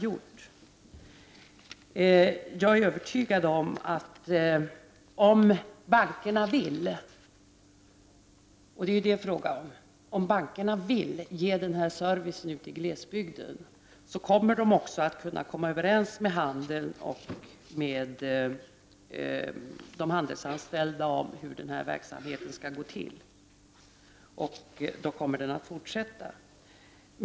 Jag är övertygad om att om bankerna vill ge den här servicen ute i glesbygden, så kommer de också att kunna komma överens med handeln och de handelsanställda om hur denna verksamhet skall gå till, och då kommer den att fortsätta.